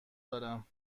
دارم